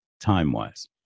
time-wise